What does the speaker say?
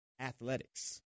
athletics